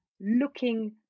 looking